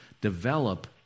develop